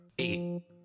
eight